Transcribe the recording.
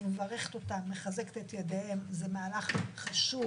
אני מברכת אותם, מחזקת את ידיהם, זה מהלך חשוב.